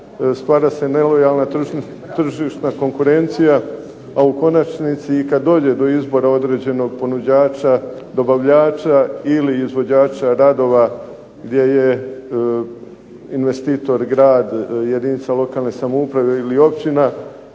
stvarna se nelojalna tržišna konkurencija, a u konačnici kada dođe do izbora određenog ponuđača, dobavljača ili izvođača radova, gdje je investitor grad, jedinica lokalne samouprave ili općina,